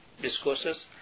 discourses